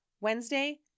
Wednesday